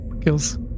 Kills